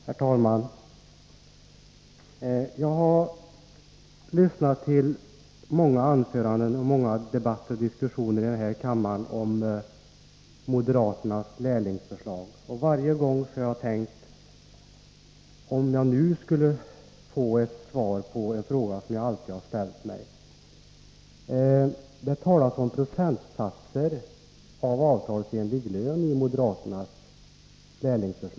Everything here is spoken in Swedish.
Herr talman! Jag har i den här kammaren lyssnat till många anföranden och många debatter om moderaternas lärlingsförslag. Varje gång har jag tänkt: Skall jag nu få ett svar på en fråga som jag alltid har ställt mig? Det talas i moderaternas lärlingsförslag om vissa procent av avtalsenlig lön.